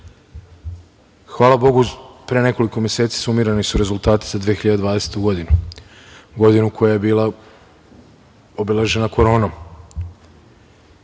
hvala Bogu, pre nekoliko meseci sumirani su rezultati za 2020. godinu, godinu koja je bila obeležena koronom.